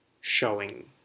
showing